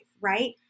right